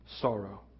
sorrow